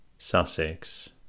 Sussex